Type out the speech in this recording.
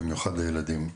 במיוחד בילדים.